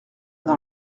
dans